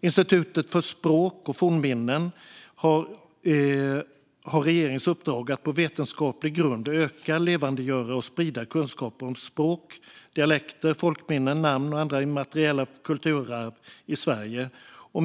Institutet för språk och folkminnen har regeringens uppdrag att på vetenskaplig grund öka, levandegöra och sprida kunskaper om språk, dialekter, folkminnen, namn och andra immateriella kulturarv i Sverige.